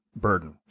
burden